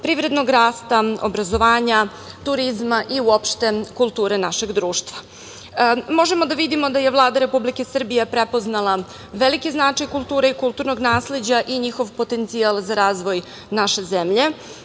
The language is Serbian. privrednog rasta, obrazovanja, turizma i uopšte kulture našeg društva. Možemo da vidimo da je Vlada Republike Srbije prepoznala veliki značaj kulture i kulturnog nasleđa i njihov potencijal za razvoj naše zemlje.